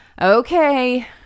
Okay